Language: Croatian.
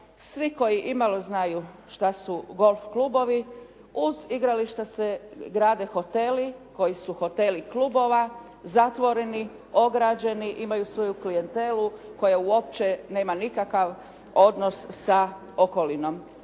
Svi koji imalo znaju šta su golf klubovi uz igrališta se grade hoteli koji su hoteli klubova zatvoreni, ograđeni, imaju svoju klijentelu koja uopće nema nikakav odnos sa okolinom.